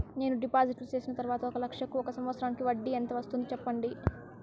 నేను డిపాజిట్లు చేసిన తర్వాత ఒక లక్ష కు ఒక సంవత్సరానికి వడ్డీ ఎంత వస్తుంది? సెప్పండి?